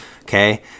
Okay